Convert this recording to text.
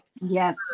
Yes